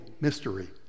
mystery